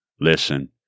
listen